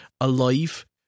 alive